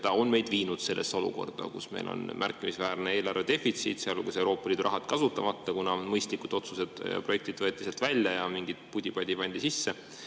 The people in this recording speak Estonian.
See on meid viinud sellesse olukorda, kus meil on märkimisväärne eelarvedefitsiit, sealhulgas Euroopa Liidu raha kasutamata, kuna mõistlikud otsused ja projektid võeti sealt välja ja mingit pudi-padi pandi sisse.